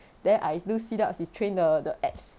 then I do sit-ups is to train the the abs